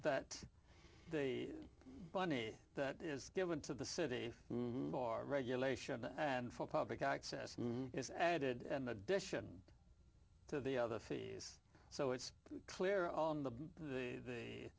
that the money that is given to the city for regulation and for public access is added an addition to the other fees so it's clear on the the